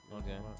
okay